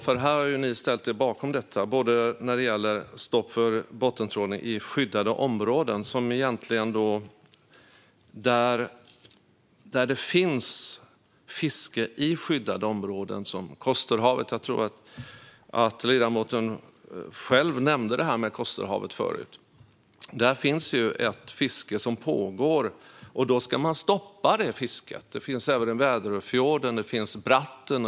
Ni har ställt er bakom stopp för bottentrålning i skyddade områden. Fiske i skyddade områden, som Kosterhavet - jag tror att ledamoten själv nämnde Kosterhavet förut - ska man stoppa. Det finns även i Väderöfjorden och Bratten.